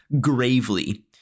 gravely